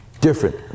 Different